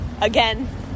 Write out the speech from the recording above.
again